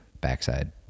backside